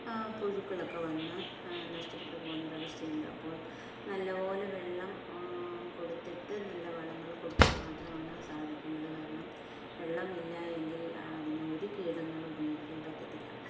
പുഴുക്കളൊക്കെ വന്ന് നഷ്ടപ്പെട്ട് പോകുന്നൊരു അവസ്ഥയുണ്ട് അപ്പോൾ നല്ലതുപോലെ വെള്ളം കൊടുത്തിട്ട് നല്ല വളങ്ങള് കൊടുക്കാൻ മാത്രമാണ് സാധിക്കുന്നത് കാരണം വെള്ളമില്ലെങ്കിൽ അതിനെ ഒരു കീടങ്ങളും ഉപയോഗിക്കാൻ പറ്റില്ല